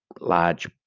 large